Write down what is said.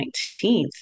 19th